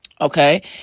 Okay